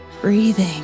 breathing